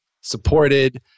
supported